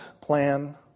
plan